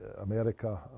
America